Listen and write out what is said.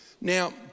Now